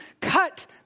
cut